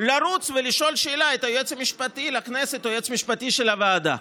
לרוץ ולשאול שאלה את היועץ המשפטי לכנסת או את היועץ המשפטי של הוועדה,